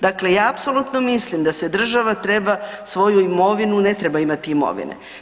Dakle, ja apsolutno mislim da se država treba svoju imovinu, ne treba imati imovine.